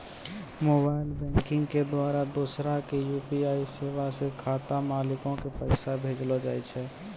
mobile banking के द्वारा दोसरा के यू.पी.आई सेबा से खाता मालिको के पैसा भेजलो जाय छै